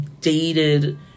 dated